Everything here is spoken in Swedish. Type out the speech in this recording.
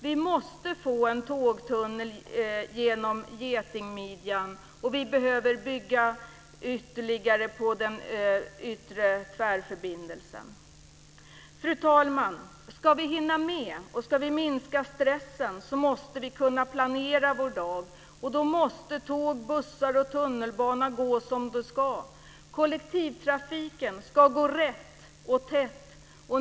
Vi måste få en tågtunnel genom "getingmidjan", och vi behöver bygga ytterligare tvärförbindelser. Fru talman! Ska vi hinna med och minska stressen måste vi kunna planera vår dag. Då måste tåg, bussar och tunnelbana gå som de ska. Kollektivtrafiken ska gå rätt och tätt.